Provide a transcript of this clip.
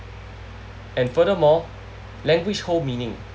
and furthermore language hold meaning